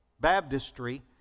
baptistry